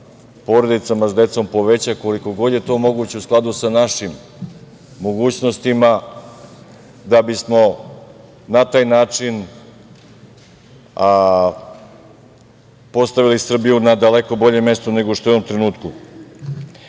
porodicama sa decom povećati, koliko god je to moguće u skladu sa našim mogućnostima, da bismo na taj način postavili Srbiju na daleko bolje mesto nego što je u ovom trenutku. To